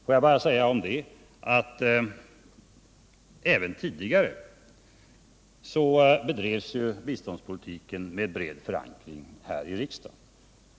Får jag om detta bara säga att biståndspolitiken även tidigare drevs med en bred förankring här i riksdagen.